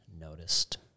noticed